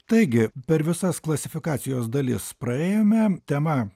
taigi per visas klasifikacijos dalis praėjome tema